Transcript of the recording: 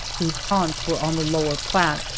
whose haunts were on the lower platte.